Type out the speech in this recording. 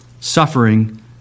suffering